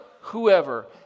whoever